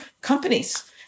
companies